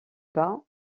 bas